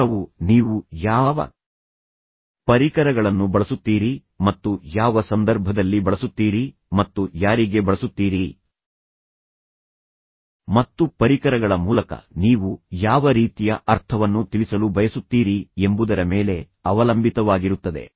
ಉತ್ತರವು ನೀವು ಯಾವ ಪರಿಕರಗಳನ್ನು ಬಳಸುತ್ತೀರಿ ಮತ್ತು ಯಾವ ಸಂದರ್ಭದಲ್ಲಿ ಬಳಸುತ್ತೀರಿ ಮತ್ತು ಯಾರಿಗೆ ಬಳಸುತ್ತೀರಿ ಮತ್ತು ಪರಿಕರಗಳ ಮೂಲಕ ನೀವು ಯಾವ ರೀತಿಯ ಅರ್ಥವನ್ನು ತಿಳಿಸಲು ಬಯಸುತ್ತೀರಿ ಎಂಬುದರ ಮೇಲೆ ಅವಲಂಬಿತವಾಗಿರುತ್ತದೆ